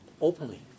openly